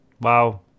wow